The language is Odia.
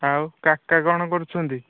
ଆଉ କାକା କ'ଣ କରୁଛନ୍ତି